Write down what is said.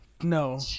No